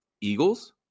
eagles